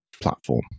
platform